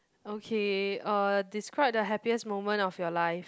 okay uh describe the happiest moment of your life